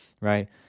right